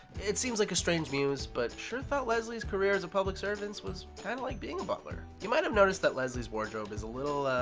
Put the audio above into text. it seems like a strange muse, but schur thought leslie's career as a public servant was kind of like being a butler. you might have noticed that leslie's wardrobe is a little,